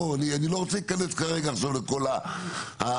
אני לא רוצה להיכנס כרגע לכל הנקודות,